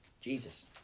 Jesus